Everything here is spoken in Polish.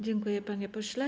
Dziękuję, panie pośle.